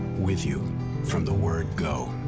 with you from the word go.